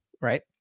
right